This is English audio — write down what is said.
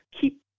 keep